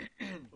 בכמיליארד שקלים.